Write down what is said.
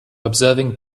observing